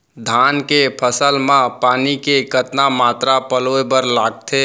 धान के फसल म पानी के कतना मात्रा पलोय बर लागथे?